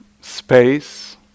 space